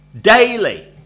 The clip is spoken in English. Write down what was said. daily